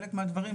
חלק מהדברים,